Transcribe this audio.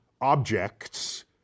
objects